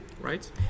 Right